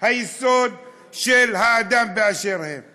היסוד של האדם באשר הוא.